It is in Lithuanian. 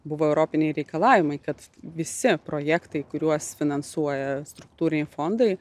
buvo europiniai reikalavimai kad visi projektai kuriuos finansuoja struktūriniai fondai